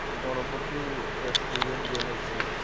Ganapati restaurant ଯେନ୍ ଅଛେ